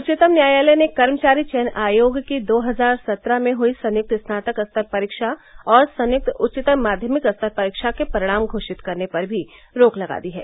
उच्चतम न्यायालय ने कर्मचारी चयन आयोग की दो हजार सत्रह में हुई संयुक्त स्नातक स्तर परीक्षा और संयुक्त उच्चतर माध्यमिक स्तर परीक्षा के परिणाम घोषित करने पर रोक लगा दी है